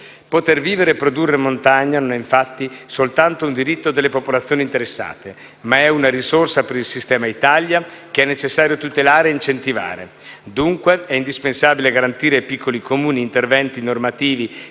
Poter vivere e produrre in montagna non è infatti soltanto un diritto delle popolazioni interessate, ma è una risorsa per il sistema Italia che è necessario tutelare e incentivare. Dunque, è indispensabile garantire ai piccoli Comuni interventi normativi